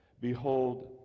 Behold